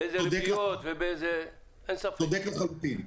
צודק לחלוטין.